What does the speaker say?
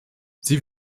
sie